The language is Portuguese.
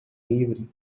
livre